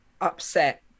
upset